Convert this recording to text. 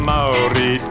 Maori